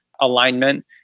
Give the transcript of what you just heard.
alignment